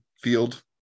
field